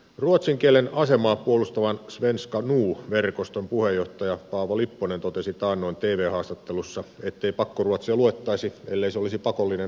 ruotsin kielen asemaa puolustavan svenska nu verkoston puheenjohtaja paavo lipponen totesi taannoin tv haastattelussa ettei pakkoruotsia luettaisi ellei se olisi pakollinen oppiaine